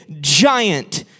giant